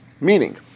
Meaning